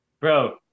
Bro